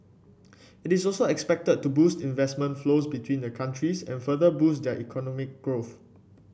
it is also expected to boost investment flows between the countries and further boost their economic growth